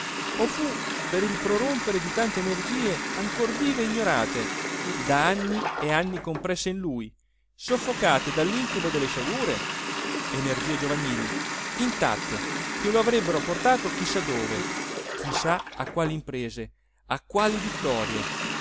o fu per il prorompere di tante energie ancor vive e ignorate da anni e anni compresse in lui soffocate dallincubo delle sciagure energie giovanili intatte che lo avrebbero portato chi sa dove chi sa a quali imprese a quali vittorie